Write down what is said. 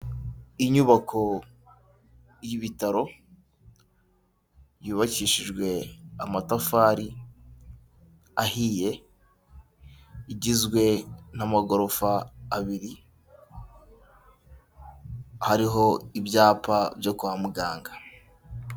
Inyubako y'ibitaro yubakishijwe amatafari ahiye, igizwe n'amagorofa abiri, hariho ibyapa byo kwa muganga.